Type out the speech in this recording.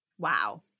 Wow